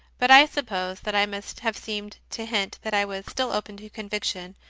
but i suppose that i must have seemed to hint that i was still open to conviction,